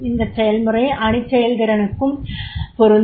இந்த செயல்முறை அணிச் செயல்திறனுக்கும் பொருந்தும்